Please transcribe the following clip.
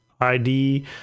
ID